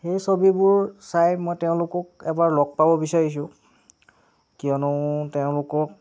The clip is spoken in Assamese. সেই ছবিবোৰ চাই মই তেওঁলোকক এবাৰ লগ পাব বিচাৰিছোঁ কিয়নো তেওঁলোকক